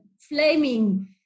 flaming